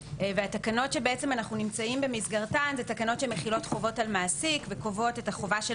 התקנות כאן מחילות חובות על מעסיק וקובעות את החובה של